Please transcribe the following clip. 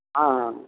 হ্যাঁ